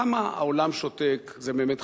למה העולם שותק, זה באמת חשוב.